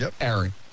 Aaron